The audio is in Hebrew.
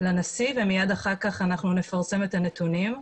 לנשיא ומיד לאחר מכן נפרסם את הנתונים.